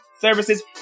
services